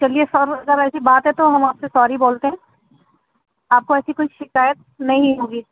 چلیے سر اگر ایسی بات ہے تو ہم آپ سے سوری بولتے ہیں آپ کو ایسی کوئی شکایت نہیں ہوگی